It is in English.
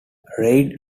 reid